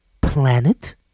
planet